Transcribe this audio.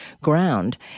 ground